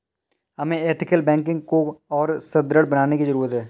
हमें ethical banking को और सुदृढ़ बनाने की जरूरत है